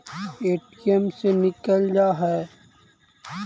ATM से निकल जा है?